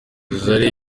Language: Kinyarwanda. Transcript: zari